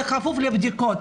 זה כפוף לבדיקות.